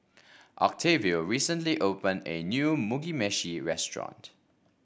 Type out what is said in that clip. Octavio recently opened a new Mugi Meshi Restaurant